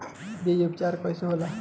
बीजो उपचार कईसे होला?